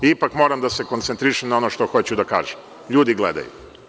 Ipak moram da se koncentrišem na ono što hoću da kažem, ljudi gledaju.